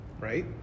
Right